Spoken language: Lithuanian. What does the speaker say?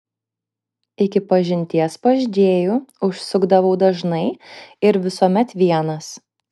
iki pažinties pas džėjų užsukdavau dažnai ir visuomet vienas